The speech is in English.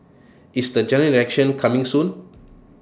is the General Election coming soon